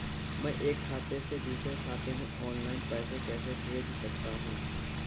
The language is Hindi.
मैं एक खाते से दूसरे खाते में ऑनलाइन पैसे कैसे भेज सकता हूँ?